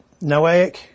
Noahic